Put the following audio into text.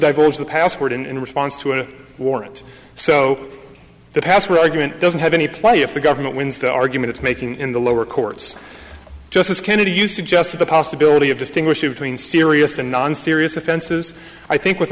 divulge the password in response to a warrant so the password argument doesn't have any play if the government wins the argument it's making in the lower courts justice kennedy you suggested the possibility of distinguishing between serious and non serious offenses i think with